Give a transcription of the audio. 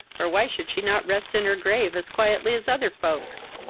or why should she not rest in her grave as quietly as other folks?